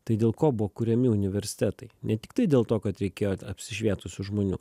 tai dėl ko buvo kuriami universitetai ne tiktai dėl to kad reikėjo ap apsišvietusių žmonių